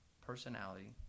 personality